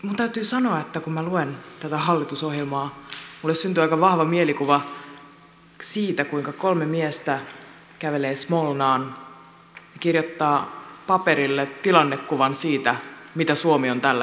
minun täytyy sanoa että kun minä luen tätä hallitusohjelmaa minulle syntyy aika vahva mielikuva siitä kuinka kolme miestä kävelee smolnaan kirjoittaa paperille tilannekuvan siitä mitä suomi on tällä hetkellä